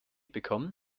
bekommen